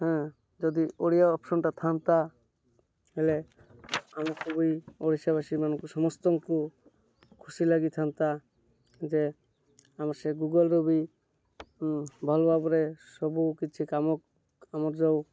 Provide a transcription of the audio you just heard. ହଁ ଯଦି ଓଡ଼ିଆ ଅପସନ୍ଟା ଥାଆନ୍ତା ହେଲେ ଆମକୁ ବି ଓଡ଼ିଶା ବାସୀମାନଙ୍କୁ ସମସ୍ତଙ୍କୁ ଖୁସି ଲାଗିଥାନ୍ତା ଯେ ଆମର ସେ ଗୁଗଲ୍ରୁ ବି ଭଲ ଭାବରେ ସବୁ କିଛି କାମ ଆମର ଯେଉଁ